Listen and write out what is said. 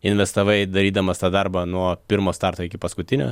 investavai darydamas tą darbą nuo pirmo starto iki paskutinio